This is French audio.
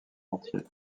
entier